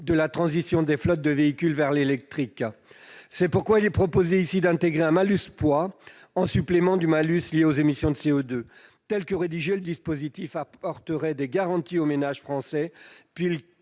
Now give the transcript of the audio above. de la transition des flottes de véhicules vers l'électrique. C'est pourquoi il est proposé ici d'intégrer un « malus poids » en supplément du malus lié aux émissions de CO2. Tel que rédigé, le dispositif apporterait des garanties aux ménages français,